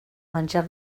menjar